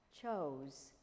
chose